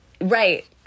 right